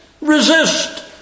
resist